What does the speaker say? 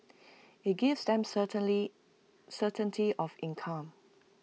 IT gives them certainly certainty of income